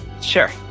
Sure